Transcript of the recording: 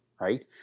Right